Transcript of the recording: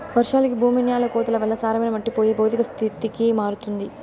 వర్షాలకి భూమి న్యాల కోతల వల్ల సారమైన మట్టి పోయి భౌతిక స్థితికి మారుతుంది